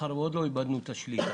מאחר ועוד לא איבדנו את השמיעה,